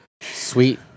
sweet